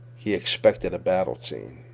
he expected a battle scene.